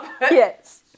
Yes